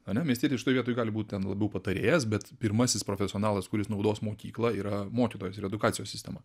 ane miestietis šitoj vietoj gali būt ten labiau patarėjas bet pirmasis profesionalas kuris naudos mokyklą yra mokytojas ir edukacijos sistema